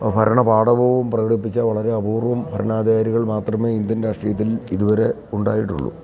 ഭരണ പാടവവും പ്രകടിപ്പിച്ച വളരെ അപൂർവ്വം ഭരണാധാരികൾ മാത്രമേ ഇൻഡ്യൻ രാഷ്ട്രീയത്തിൽ ഇതുവരെ ഉണ്ടായിട്ടുള്ളൂ